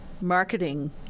marketing